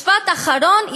משפט אחרון.